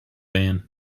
van